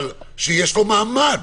שיש לו מעמד.